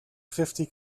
fifty